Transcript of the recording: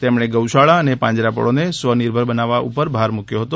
તેમણે ગૌ શાળા અને પાંજરાપોળોને સ્વનિર્ભર બનાવવા ઉપર ભાર મૂક્યો હતો